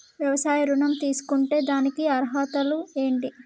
వ్యవసాయ ఋణం తీసుకుంటే దానికి అర్హతలు ఏంటి?